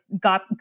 got